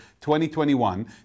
2021